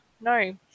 No